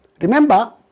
Remember